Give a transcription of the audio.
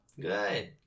Good